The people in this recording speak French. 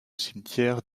cimetière